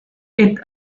est